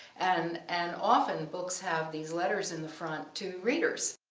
and and often books have these letters in the front to readers.